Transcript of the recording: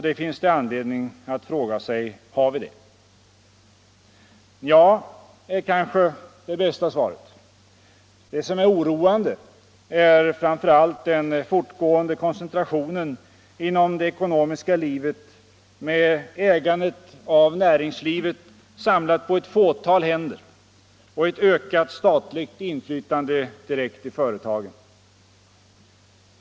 Det finns anledning att fråga: Har vi det? Nja är kanske det bästa svaret. Det som är oroande är framför allt den fortgående koncentrationen inom det ekonomiska livet med ägandet av näringslivet samlat på ett fåtal händer och ett ökat statligt inflytande direkt i företagen.